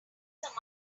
amount